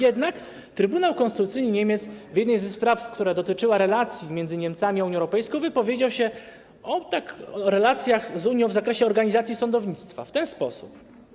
Jednak Trybunał Konstytucyjny Niemiec w jednej ze spraw, która dotyczyła relacji między Niemcami a Unią Europejską, wypowiedział się o relacjach z Unią w zakresie organizacji sądownictwa w ten sposób: